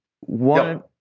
One